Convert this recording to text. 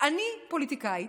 אני פוליטיקאית,